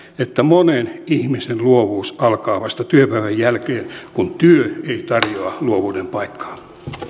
että monen ihmisen luovuus alkaa vasta työpäivän jälkeen kun työ ei tarjoa luovuuden paikkaa